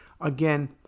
Again